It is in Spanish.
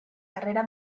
carrera